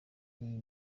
iyi